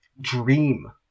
dream